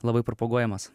labai propaguojamas